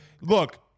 Look